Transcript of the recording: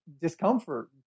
discomfort